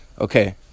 Okay